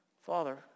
Father